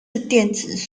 电子